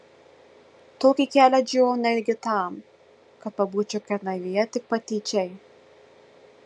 tokį kelią džiūvau negi tam kad pabūčiau kernavėje tik patyčiai